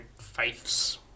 Faith's